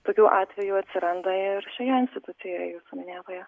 tokių atvejų atsiranda ir šioje institucijoje jūsų minėtoje